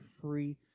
free